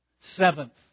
Seventh